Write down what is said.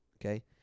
Okay